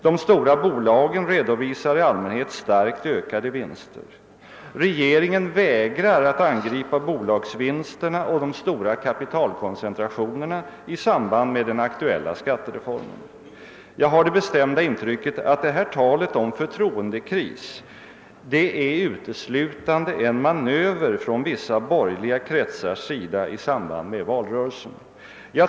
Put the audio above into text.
De stora bolagen redovisar i allmänhet starkt ökade vinster. Regeringen vägrar att angripa bolagsvinsterna och de stora kapitalkoncentrationerna i samband med den aktuella skattereformen. Jag har det bestämda intrycket att talet om förtroendekris uteslutande är en manöver från vissa borgerliga kretsar i samband med valrörelsen.